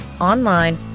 online